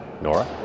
Nora